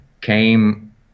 came